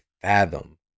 fathom